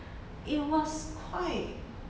it was quite